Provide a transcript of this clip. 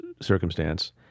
circumstance